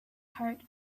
heart